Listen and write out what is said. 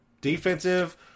defensive